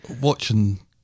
Watching